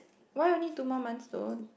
why only two more months soon